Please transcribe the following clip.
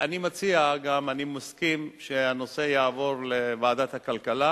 אני מציע, אני מסכים שהנושא יעבור לוועדת הכלכלה,